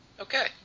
Okay